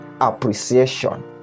appreciation